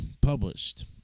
published